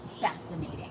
fascinating